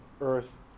earth